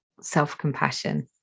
self-compassion